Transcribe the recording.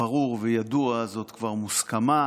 ברור וידוע, זאת כבר מוסכמה.